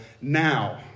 now